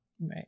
right